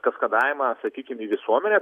kaskadavimą sakykim į visuomenę